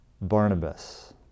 Barnabas